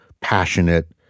passionate